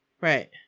right